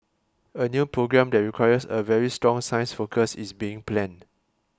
a new programme that requires a very strong science focus is being planned